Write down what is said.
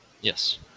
Yes